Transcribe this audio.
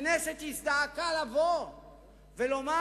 הכנסת הזדעקה ואמרה